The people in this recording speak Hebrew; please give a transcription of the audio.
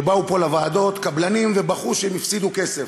שבאו פה לוועדות קבלנים ובכו שהם הפסידו כסף,